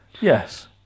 Yes